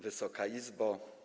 Wysoka Izbo!